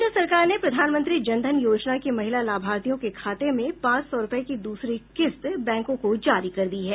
केन्द्र सरकार ने प्रधानमंत्री जनधन योजना की महिला लाभार्थियों के खाते में पांच सौ रुपये की दूसरी किस्त बैंकों को जारी कर दी है